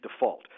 default